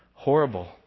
horrible